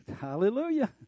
hallelujah